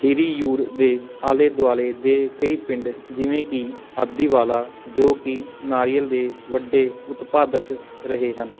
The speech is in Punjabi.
ਹਿਰੀਯੂਰ ਦੇ ਆਲੇ ਦੁਆਲੇ ਦੇ ਕਈ ਪਿੰਡ ਜਿਵੇਂ ਕਿ ਆਦੀ ਵਾਲਾ ਜੋ ਕਿ ਨਾਰੀਅਲ ਦੇ ਵੱਡੇ ਉਤਪਾਦਕ ਰਹੇ ਹਨ